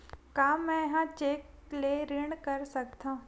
का मैं ह चेक ले ऋण कर सकथव?